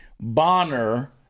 Bonner